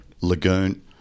Lagoon